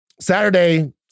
Saturday